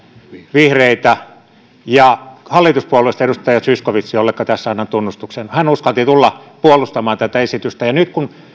vihreitä ja hallituspuolueista edustaja zyskowicz jolleka tässä annan tunnustuksen hän uskalsi tulla puolustamaan tätä esitystä nyt kun